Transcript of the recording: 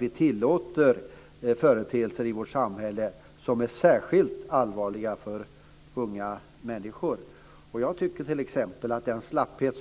Vi tillåter företeelser i vårt samhälle som är särskilt allvarliga för unga människor. Jag tycker t.ex. att det finns en slapphet